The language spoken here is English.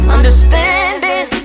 Understanding